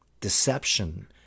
deception